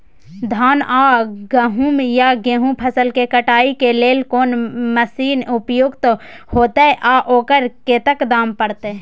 धान आ गहूम या गेहूं फसल के कटाई के लेल कोन मसीन उपयुक्त होतै आ ओकर कतेक दाम परतै?